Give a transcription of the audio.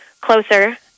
closer